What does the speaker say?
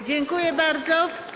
Dziękuję bardzo.